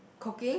cooking